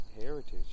heritage